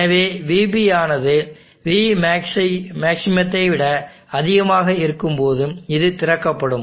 எனவே vB ஆனது vmaxத்தை விட அதிகமாக இருக்கும்போது இது திறக்கப்படும்